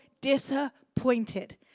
disappointed